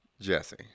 Jesse